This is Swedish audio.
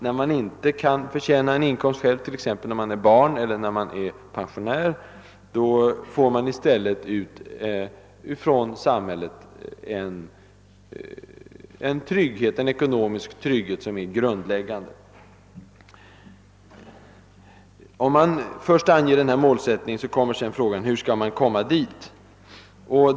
När man inte själv kan förtjäna någon inkomst — t.ex. när man är barn eller pensionär — får man i stället från samhället ut en ekonomisk grundtrygghet. Om man först anger denna målsättning, uppställer sig sedan frågan: Hur skall man komma dit?